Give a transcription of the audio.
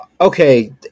okay